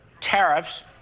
tariffs